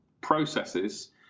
processes